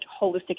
holistic